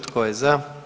Tko je za?